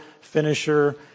finisher